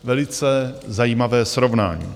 velice zajímavé srovnání.